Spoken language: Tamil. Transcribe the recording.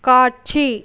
காட்சி